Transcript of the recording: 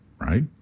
right